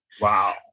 Wow